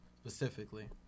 specifically